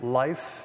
life